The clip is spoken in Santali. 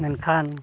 ᱢᱮᱱᱠᱷᱟᱱ